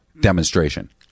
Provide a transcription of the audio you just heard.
demonstration